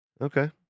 Okay